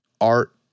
art